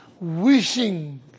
wishing